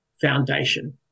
foundation